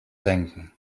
denken